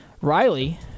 Riley